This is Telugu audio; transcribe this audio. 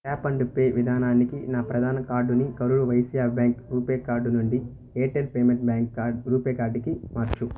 ట్యాప్ అండ్ పే విధానానికి నా ప్రధాన కార్డుని Karur Vysya bank RuPay card నుండి ఎయిర్టెల్ పేమెంట్స్ బ్యాంక్ రూపే కార్డుకి మార్చు